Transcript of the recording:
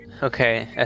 Okay